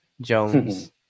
Jones